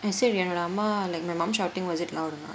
சரி என்னோட அம்மா:sari ennoda amma like my mum shouting was it loud or not